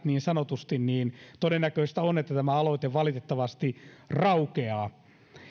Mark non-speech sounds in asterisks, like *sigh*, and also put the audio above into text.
*unintelligible* niin sanotut herrasmiessäännöt niin todennäköistä on että tämä aloite valitettavasti raukeaa